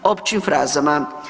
Općim frazama.